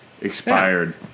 expired